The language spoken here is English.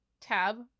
tab